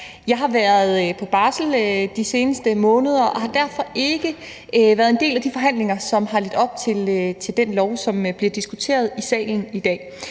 Jeg har været på barsel de seneste måneder og har derfor ikke været en del af de forhandlinger, som har ledt op til den lov, som bliver diskuteret i salen i dag.